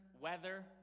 weather